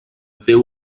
they